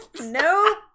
Nope